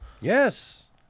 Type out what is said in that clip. Yes